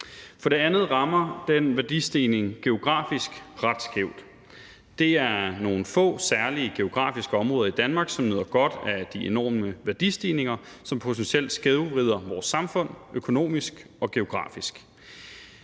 For det andet rammer den værdistigning geografisk ret skævt. Det er nogle få særlige geografiske områder i Danmark, som nyder godt af de enorme værdistigninger, som potentielt skævvrider vores samfund økonomisk og geografisk.